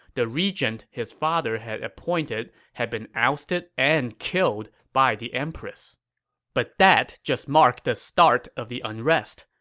the regent his father had appointed had been ousted and killed by the empress but that just marked the start of the unrest.